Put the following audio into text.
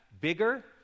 bigger